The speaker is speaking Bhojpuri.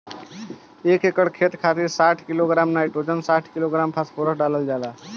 एक एकड़ खेत खातिर साठ किलोग्राम नाइट्रोजन साठ किलोग्राम फास्फोरस डालल जाला?